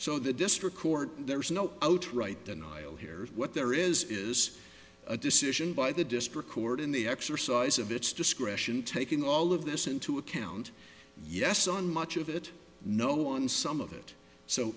so the district court there's no outright denial here what there is is a decision by the district court in the exercise of its discretion taking all of this into account yes on much of it no on some of it so